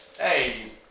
Hey